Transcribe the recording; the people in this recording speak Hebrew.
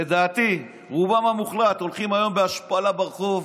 לדעתי, רובם המוחלט הולכים היום בהשפלה ברחוב.